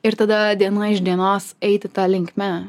ir tada diena iš dienos eiti ta linkme